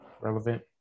relevant